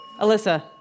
Alyssa